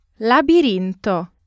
labirinto